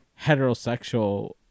heterosexual